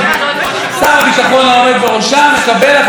שר הביטחון העומד בראשה מקבל החלטה לתת